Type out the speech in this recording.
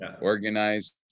organized